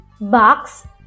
Box